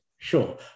Sure